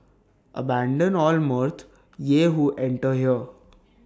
abandon all mirth ye who enter here